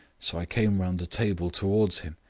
so i came round the table towards him.